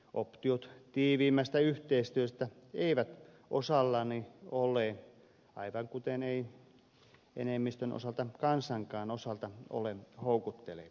optiot tiiviimmästä yhteistyöstä eivät osaltani ole aivan kuten eivät kansan enemmistönkään houkuttelevia